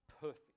perfect